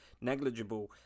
negligible